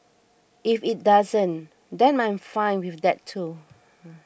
if it doesn't then I'm fine with that too